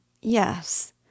yes